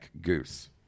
goose